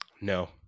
No